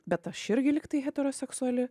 bet aš irgi lyg tai heteroseksuali